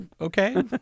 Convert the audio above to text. Okay